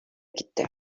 gitti